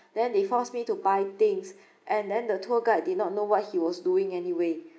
then they force me to buy things and then the tour guide did not know what he was doing anyway